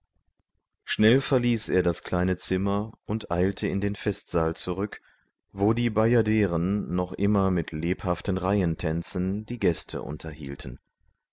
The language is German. schnell verließ er das kleine zimmer und eilte in den festsaal zurück wo die bajaderen noch immer mit lebhaften reihentänzen die gäste unterhielten